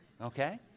okay